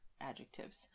adjectives